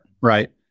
Right